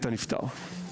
הנפטר.